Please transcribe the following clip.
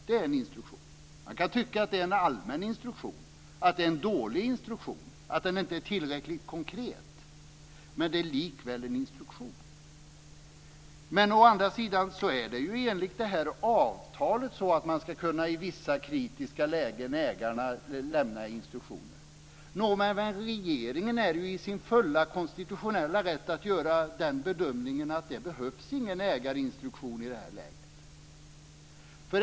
Det är en instruktion. Man kan tycka att det är en allmän instruktion, att det är en dålig instruktion, att den inte är tillräckligt konkret, men det är likväl en instruktion. Å andra sidan är det ju enligt avtalet så att ägarna i vissa kritiska lägen ska kunna lämna instruktioner. Regeringen är i sin fulla konstitutionella rätt att göra bedömningen att det inte behövs någon ägarinstruktion i det här läget.